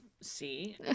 See